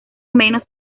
menos